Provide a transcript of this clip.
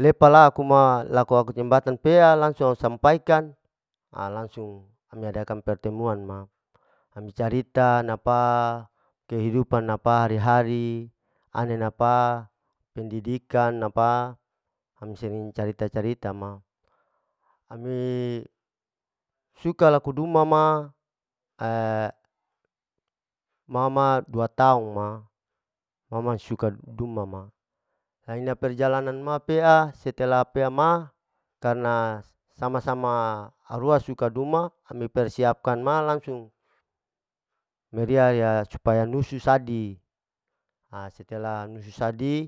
lepa laku ma, laku aku jembatan pea langsung au sampaikan a langsung ami adakan pertemuan ma, ami carita napa kehidupan napa hari-hari, ane napa pendidikan napa, ami sering carita-carita ma, ami suka laku duma ma ma ma dua tahung ma, ma ma suka duma ma, naina perjalanan ma pea setelah pea ma, karena sama-sama arua suka duma ami persiapkan ma langsung meriya riya supaya nusu sadi, setelah nusu sadi.